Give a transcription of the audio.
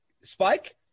Spike